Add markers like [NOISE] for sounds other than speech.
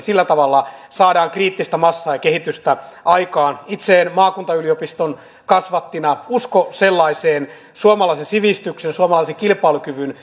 [UNINTELLIGIBLE] sillä tavalla kriittistä massaa ja kehitystä aikaan itse en maakuntayliopiston kasvattina usko sellaiseen suomalaisen sivistyksen suomalaisen kilpailukyvyn [UNINTELLIGIBLE]